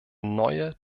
neue